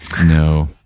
No